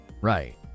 Right